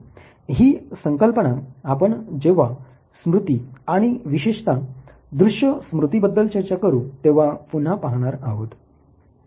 हि संकल्पना आपण जेव्हा स्मृती आणि विशेषता दृश्य स्मृतीबद्दल चर्चा करू तेव्हा पुन्हा पाहणार आहोत